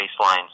baseline